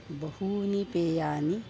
बहूनि पेयानि